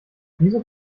wieso